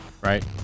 right